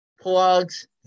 Plugs